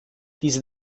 diese